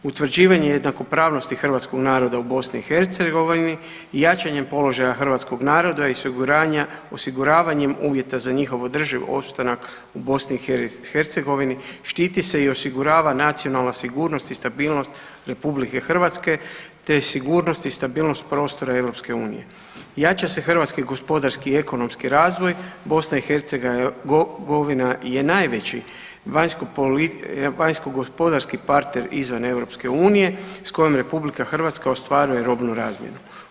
Utvrđivanje jednakopravnosti hrvatskog naroda u BiH i jačanjem položaja hrvatskog naroda i osiguravanjem uvjeta za njihov održiv opstanak u BiH štiti se i osigurana nacionalna sigurnost i stabilnost RH te sigurnost i stabilnost prostora EU, jača se hrvatski gospodarski i ekonomski razvoj BiH je najveći vanjskogospodarski partner izvan EU s kojim RH ostvaruje robnu razmjenu.